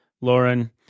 Lauren